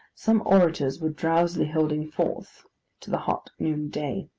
some orators were drowsily holding forth to the hot noon day.